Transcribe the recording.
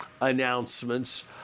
announcements